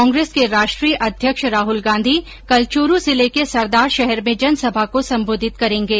कांग्रेस के राष्ट्रीय अध्यक्ष राहल गांधी कल चूरू जिले के सरदारशहर में जनसभा को सम्बोधित करेंगे